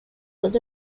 was